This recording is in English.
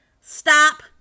stop